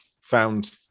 found